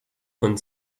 von